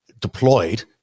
deployed